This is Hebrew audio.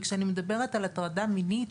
כשאני מדברת על הטרדה מינית